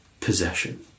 possession